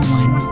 one